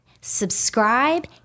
subscribe